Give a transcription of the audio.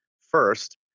first